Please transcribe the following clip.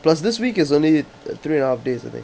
plus this week is only three and a half days I think